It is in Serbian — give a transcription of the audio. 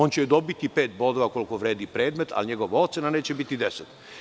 On će dobiti pet bodova, koliko vredi predmet, ali njegova ocena neće biti deset.